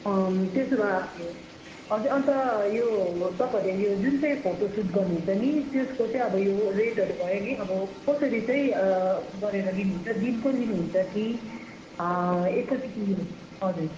त्यसो भए अझै अन्त यो तपाईँहरूले यो जुन चाहिँ फोटो सुट गर्नुहुन्छ नि त्यसको चाहिँ अब यो रेटहरू भयो नि अब कसरी चाहिँ गरेर लिनुहुन्छ दिनको लिनुहुन्छ कि एकैचोटि हजुर